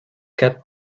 kept